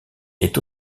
est